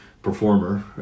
performer